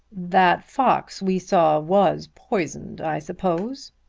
that fox we saw was poisoned i suppose,